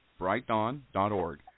brightdawn.org